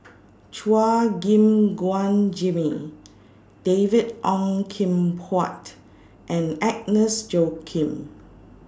Chua Gim Guan Jimmy David Ong Kim Huat and Agnes Joaquim